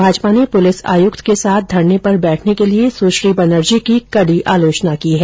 भाजपा ने पुलिस आयुक्त के साथ धरने पर बैठने के लिए सुश्री बनर्जी की कड़ी आलोचना की है